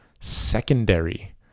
secondary